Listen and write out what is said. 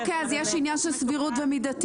אוקיי, אז יש עניין של סבירות ומידתיות.